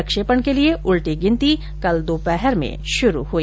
प्रक्षेपण के लिये उलटी गिनती कल दोपहर में शुरू हुई